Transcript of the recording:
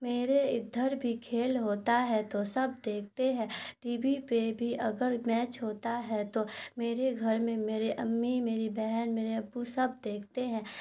میرے ادھر بھی کھیل ہوتا ہے تو سب دیکھتے ہیں ٹی بی پہ بھی اگر میچ ہوتا ہے تو میرے گھر میں میرے امی میری بہن میرے ابو سب دیکھتے ہیں